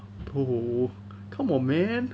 oh come on man